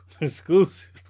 Exclusive